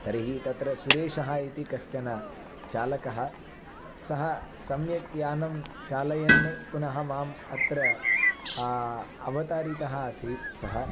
तर्हि तत्र सुरेशः इति कश्चन चालकः सः सम्यक् यानं चालयन् पुनः माम् अत्र अवतारितः आसीत् सः